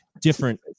different